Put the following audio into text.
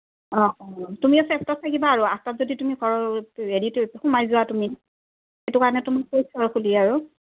অঁ অঁ তুমিও থাকিবা আৰু আঠটাত যদি তুমি ঘৰ সোমাই যোৱা তুমি সেইটো কাৰণে তোমাক কৈছোঁ আৰু খুলি আৰু